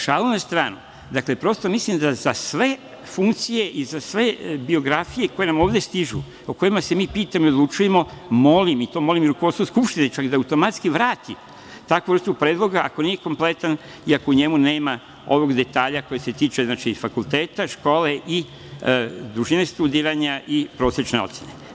Šalu na stranu, dakle, prosto mislim da za sve funkcije i za sve biografije koje nam ovde stižu, o kojima se mi pitamo i odlučujemo, molim, i to molim rukovodstvo Skupštine čak da automatski vrati takvu vrstu predloga, ako nije kompletna, i ako u njemu nema ovog detalj koji se tiče fakulteta, škole, dužine studiranja i prosečne ocene.